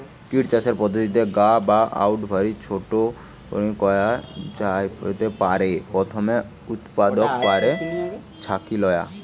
kit চাষের পদ্ধতির গা কে অউভাবি ছোট করিকি কয়া জাই পারে, প্রথমে উতপাদন, পরে ছাকি লয়া